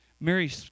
Mary